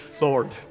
Lord